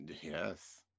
Yes